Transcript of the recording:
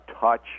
touch